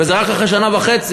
וזה רק אחרי שנה וחצי,